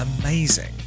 amazing